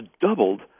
doubled